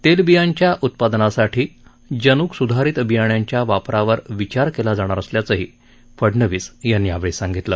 तेलबियांच्या उत्पादनासाठी जन्क सुधारित बियाण्यांच्या वापरावर विचार केला जाणार असल्याचं फडणवीस यांनी यावेळी सांगितलं